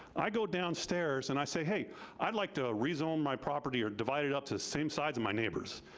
i go downstairs and i say, hey i'd like to rezone my property or divide divide it up to the same size of my neighbors.